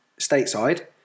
stateside